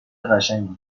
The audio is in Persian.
قشنگی